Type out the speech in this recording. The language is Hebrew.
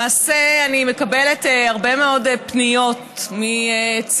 למעשה אני מקבלת הרבה מאוד פניות מצעירות